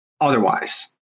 otherwise